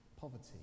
poverty